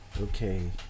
Okay